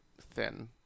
thin